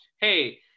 Hey